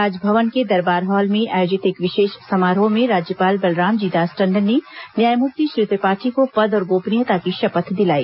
राजभवन के दरबार हॉल में आयोजित एक विशेष समारोह में राज्यपाल बलरामजी दास टंडन ने न्यायमूर्ति श्री त्रिपाठी को पद और गोपनीयता की शपथ दिलाई